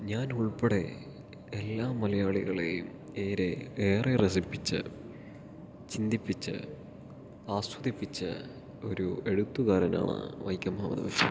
ഞാൻ ഉൾപ്പടെ എല്ലാ മലയാളികളെയും ഏറെ ഏറെ രസിപ്പിച്ച ചിന്തിപ്പിച്ച ആസ്വദിപ്പിച്ച ഒരു എഴുത്തുകാരനാണ് വൈക്കം മുഹമ്മദ് ബഷീർ